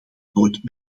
nooit